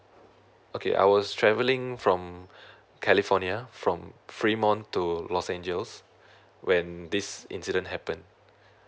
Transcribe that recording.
okay I was travelling from california from fremont to los angeles when this incident happen